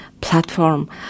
platform